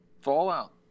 Fallout